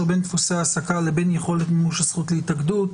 בין דפוסי ההעסקה לבין יכולת מימוש הזכות להתאגדות.